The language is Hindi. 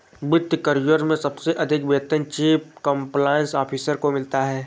वित्त करियर में सबसे अधिक वेतन चीफ कंप्लायंस ऑफिसर को मिलता है